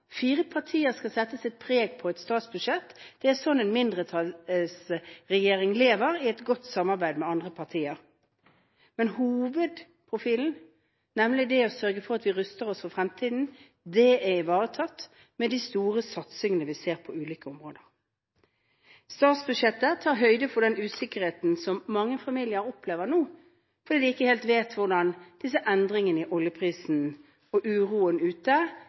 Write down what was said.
Fire partier skal sette sitt preg på et statsbudsjett. Det er sånn en mindretallsregjering lever i et godt samarbeid med andre partier. Men hovedprofilen, nemlig å sørge for at vi ruster oss for fremtiden, er ivaretatt med de store satsingene vi ser på ulike områder. Statsbudsjettet tar høyde for den usikkerheten som mange familier opplever nå, fordi de ikke helt vet hva disse endringene i oljeprisen og uroen ute